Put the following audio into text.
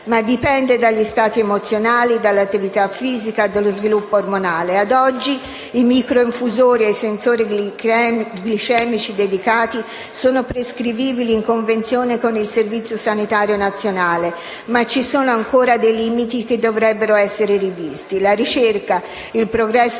ma dipende dagli stati emozionali, dall'attività fisica, dallo sviluppo ormonale. Ad oggi i microinfusori e i sensori glicemici dedicati sono prescrivibili in convenzione con il Servizio sanitario nazionale, ma ci sono ancora dei limiti che dovrebbero essere rivisti. La ricerca e il progresso